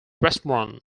restaurant